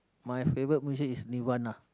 my favourite musician is Nirvana